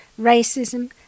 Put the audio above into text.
racism